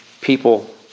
people